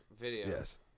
Yes